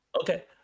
okay